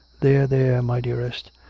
there, there, my dearest.